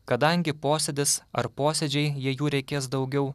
kadangi posėdis ar posėdžiai jei jų reikės daugiau